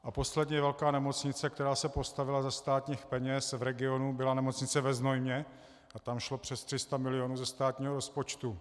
A poslední velká nemocnice, která se postavila ze státních peněz v regionu, byla Nemocnice ve Znojmě a tam šlo přes 300 milionů ze státního rozpočtu.